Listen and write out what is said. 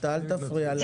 אל תפריע לאנשי המקצוע.